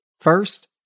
First